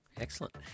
excellent